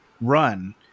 run